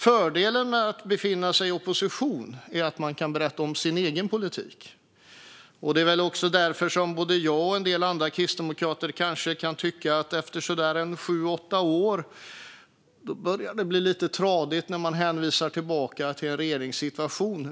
Fördelen med att befinna sig i opposition är att man kan berätta om sin egen politik. Det är väl också därför som jag och en del andra kristdemokrater kan tycka att det efter så där en sju åtta år börjar bli lite tradigt att det hänvisas tillbaka till alliansregeringen.